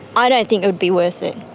i don't think it would be worth it.